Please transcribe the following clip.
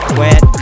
wet